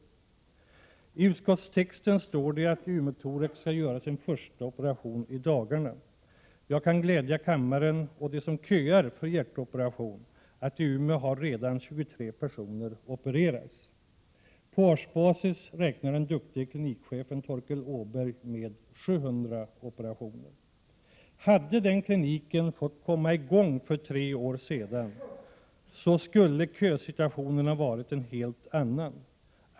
I utskottstexten står det att Umeåthorax skall göra sin första operation i dagarna. Jag kan glädja kammaren — och dem som köar för hjärtoperation — med att i Umeå redan 23 personer har opererats. På årsbasis räknar den duktige klinikchefen Torkel Åberg med 700 operationer. Hade den kliniken fått komma i gång för tre år sedan, så skulle kösituationen ha varit en helt annan.